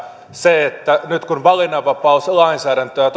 se että nyt kun valinnanvapauslainsäädäntöä